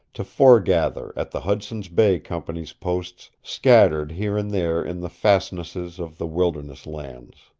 to foregather at the hudson's bay company's posts scattered here and there in the fastnesses of the wilderness lands.